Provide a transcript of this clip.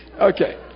Okay